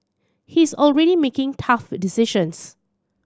he is already making tough decisions